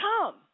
come